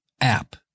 app